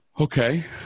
okay